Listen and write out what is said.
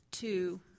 two